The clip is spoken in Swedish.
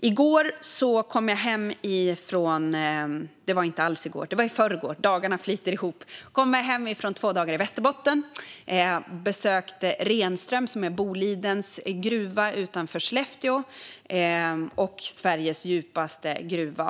I förrgår kom jag hem efter två dagar i Västerbotten, där jag besökte Renström, Bolidens gruva utanför Skellefteå som är Sveriges djupaste.